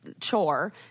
chore